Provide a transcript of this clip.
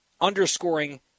underscoring